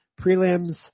prelims